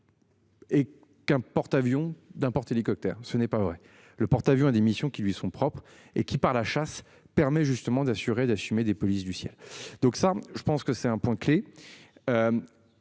Et qu'un porte-avions d'un porte-hélicoptères. Ce n'est pas vrai. Le porte-avions des missions qui lui sont propres et qui par la chasse permet justement d'assurer et d'assumer des polices du ciel. Donc ça je pense que c'est un point clé.